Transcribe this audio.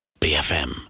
BFM